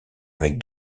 avec